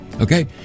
Okay